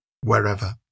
wherever